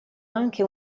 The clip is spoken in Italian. anche